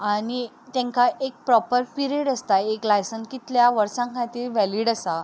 आनी तांकां एक प्रोपर पिरेड आसता एक लायसन कितल्या वर्सां खातीर वेलीड आसा